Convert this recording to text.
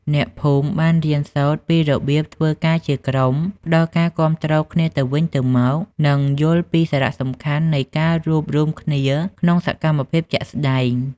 អ្នកភូមិបានរៀនសូត្រពីរបៀបធ្វើការជាក្រុម ផ្តល់ការគាំទ្រដល់គ្នាទៅវិញទៅមក និងយល់ពីសារៈសំខាន់នៃការរួបរួមគ្នាក្នុងសកម្មភាពជាក់ស្តែង។